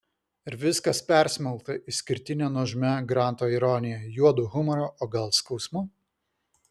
ir viskas persmelkta išskirtine nuožmia granto ironija juodu humoru o gal skausmu